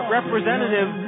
Representative